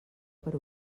per